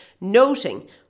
Noting